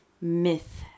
myth